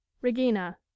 Regina